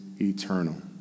eternal